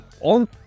on